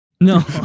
No